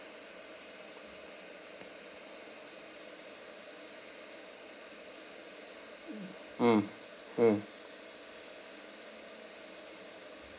mm mm